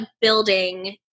building